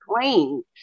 clean